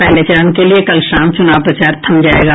पहले चरण के लिये कल शाम चुनाव प्रचार थम जायेगा